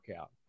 out